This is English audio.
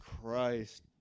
Christ